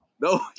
No